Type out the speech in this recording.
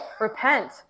repent